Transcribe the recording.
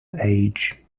age